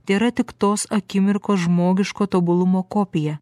tėra tik tos akimirkos žmogiško tobulumo kopija